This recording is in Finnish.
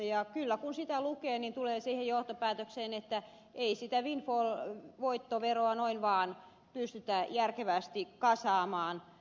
ja kun sitä lukee tulee kyllä siihen johtopäätökseen että ei sitä windfall voittoveroa noin vaan pystytä järkevästi kasaamaan